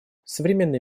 современный